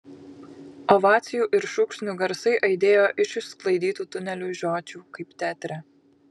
ovacijų ir šūksnių garsai aidėjo iš išsklaidytų tunelių žiočių kaip teatre